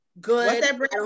Good